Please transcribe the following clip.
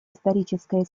историческое